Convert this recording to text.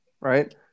right